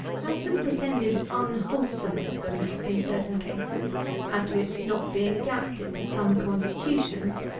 as to the pretended unwholesomeness of milk in certain cases as to its not being adapted to some constitutions,